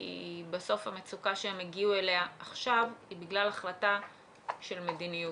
כי בסוף המצוקה שהם הגיעו אליה עכשיו היא בגלל החלטה של מדיניות.